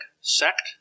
sect